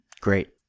Great